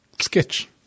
sketch